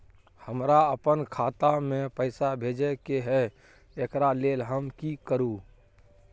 हमरा अपन खाता में पैसा भेजय के है, एकरा लेल हम की करू?